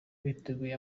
biteguye